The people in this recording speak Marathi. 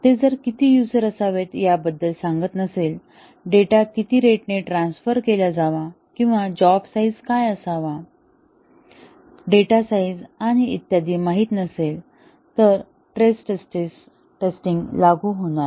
ते जर किती युझर असावेत या बद्दल सांगत नसेल डेटा किती रेट ने ट्रान्सफर केला जावा जॉब साईझ काय असावा डेटा साईझ आणि इत्यादी माहित नसेल तर स्ट्रेस टेस्टिंग लागू होणार नाही